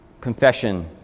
confession